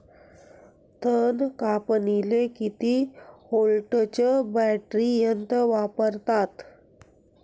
तन कापनीले किती व्होल्टचं बॅटरी यंत्र वापरतात?